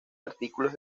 artículos